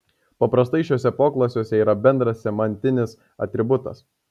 paprastai šiuose poklasiuose yra bendras semantinis atributas